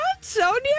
Sonia